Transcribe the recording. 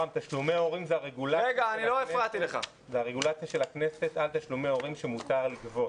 תשלומי הורים זאת הרגולציה של הכנסת על תשלומי ההורים שמותר לגבות.